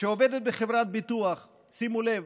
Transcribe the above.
שעובדת בחברת ביטוח, שימו לב,